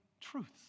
truths